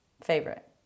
Favorite